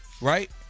right